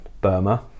Burma